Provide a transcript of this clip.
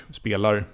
spelar